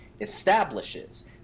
establishes